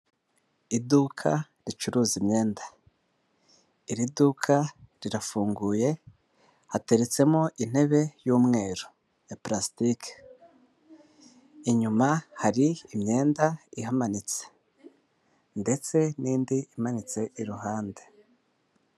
Iduka ricuruza imyenda, iri duka rirafunguye hateretsemo intebe y'umweru ya plastike inyuma, hari imyenda ihamanitse ndetse n'indi imanitse iruhande.